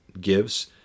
gives